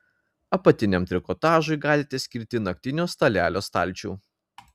apatiniam trikotažui galite skirti naktinio stalelio stalčių